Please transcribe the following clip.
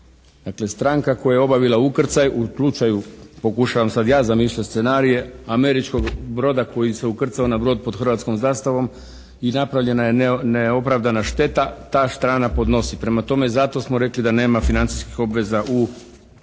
Dakle, stranka koja je obavila ukrcaj u slučaju, pokušavam sad ja zamišljati scenarije američkog broda koji se ukrcao na brod pod hrvatskom zastavom i napravljena je neopravdana šteta ta strana podnosi. Prema tome, zato smo rekli da nema financijskih obveza u okviru